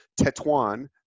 Tetuan